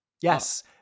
Yes